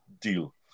deal